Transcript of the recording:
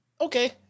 Okay